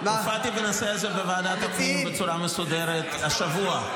הופעתי בנושא הזה בוועדת הפנים בצורה מסודרת השבוע.